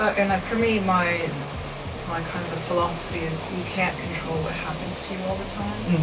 and for me, my and my kind of philosophy is you can't control what happens to you all the time,